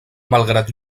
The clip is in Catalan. malgrat